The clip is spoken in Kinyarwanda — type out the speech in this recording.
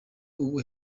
ubu